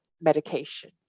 medication